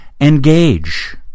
engage